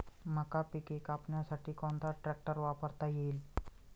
मका पिके कापण्यासाठी कोणता ट्रॅक्टर वापरता येईल?